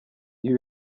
ibi